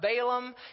Balaam